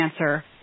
answer